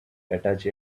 attach